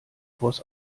vors